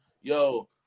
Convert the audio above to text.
yo